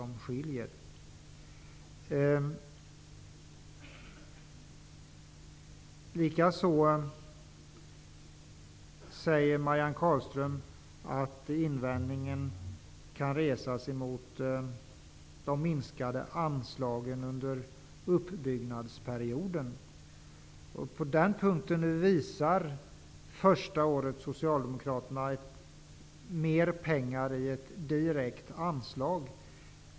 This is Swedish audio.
Marianne Carlström säger också att invändningen kan resas emot de minskade anslagen under uppbyggnadsperioden. På den punkten är det första året som socialdemokraterna vill anvisa mer pengar i ett direkt anslag.